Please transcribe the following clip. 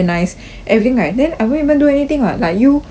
everything right then I won't even do anything [what] like you your face